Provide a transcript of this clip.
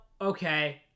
okay